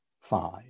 five